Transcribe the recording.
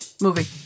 Movie